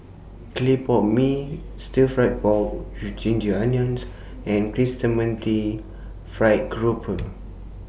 Clay Pot Mee Stir Fried Pork with Ginger Onions and Chrysanmumty Fried Grouper